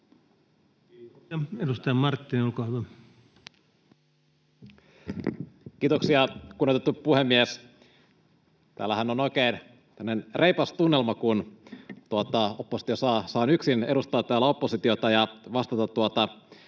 Kiitoksia. — Edustaja Marttinen, olkaa hyvä. Kiitoksia, kunnioitettu puhemies! Täällähän on oikein tämmöinen reipas tunnelma, kun saan yksin edustaa täällä oppositiota ja vastata